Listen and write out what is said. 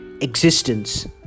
existence